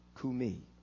kumi